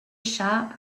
shop